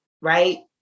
right